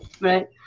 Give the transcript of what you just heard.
Right